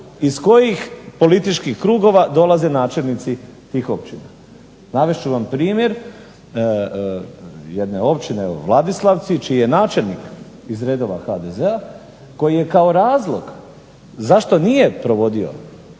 iz kojih političkih krugova dolaze načelnici tih općina. Navest ću vam primjer jedne općine evo Vladislavci čiji je načelnik iz redova HDZ-a koji je kao razlog zašto nije provodio